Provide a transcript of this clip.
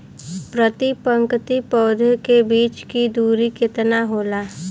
प्रति पंक्ति पौधे के बीच की दूरी केतना होला?